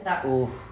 !oof!